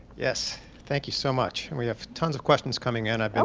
yes, thank you so much. we have tons of questions coming in. um and